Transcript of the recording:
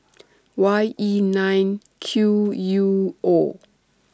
Y E nine Q U O